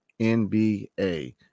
NBA